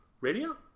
Radio